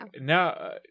Now